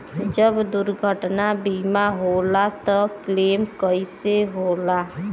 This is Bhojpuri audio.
जब दुर्घटना बीमा होला त क्लेम कईसे होला?